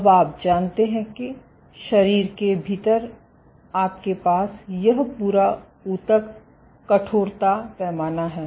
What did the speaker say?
अब आप जानते हैं कि शरीर के भीतर आपके पास यह पूरा ऊतक कठोरता पैमाना है